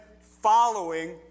following